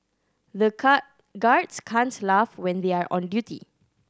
the car guards can't laugh when they are on duty